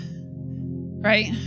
right